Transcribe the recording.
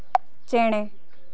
ᱪᱮᱬᱮ